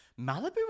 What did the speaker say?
Malibu